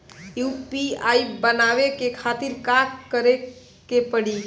UPI बनावे के खातिर का करे के पड़ी?